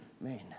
men